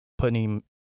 putting